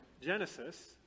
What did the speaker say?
Genesis